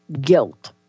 guilt